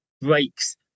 breaks